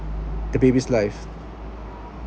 the baby's life